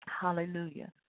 Hallelujah